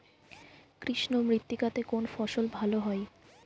কৃষ্ণ মৃত্তিকা তে কোন ফসল ভালো হয়?